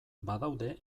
badaude